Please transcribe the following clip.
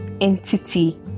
entity